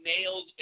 nails